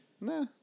nah